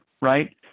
right